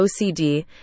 OCD